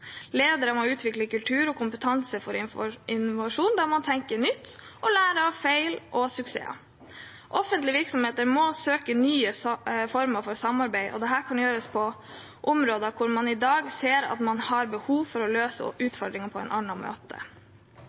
Ledere må utvikle kultur og kompetanse for innovasjon der man tenker nytt og lærer av feil og suksesser. Offentlige virksomheter må søke nye former for samarbeid, og dette kan gjøres på områder hvor man i dag ser at man har behov for å løse utfordringene på en